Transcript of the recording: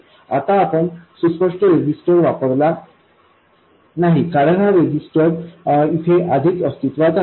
आता आपण सुस्पष्ट रेजिस्टर वापरला नाही कारण हा रेजिस्टर इथे आधीच अस्तित्वात आहे